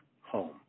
home